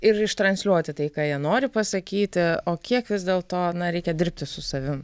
ir ištransliuoti tai ką jie nori pasakyti o kiek vis dėlto reikia dirbti su savim